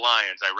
Lions